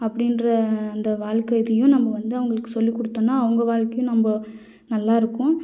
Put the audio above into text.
அப்படின்ற அந்த வாழ்க்க இதையும் நம்ம வந்து அவங்களுக்கு சொல்லி கொடுத்தோம்னா அவங்க வாழ்க்கையும் நம்ம நல்லா இருக்கும்